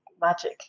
magic